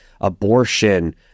abortion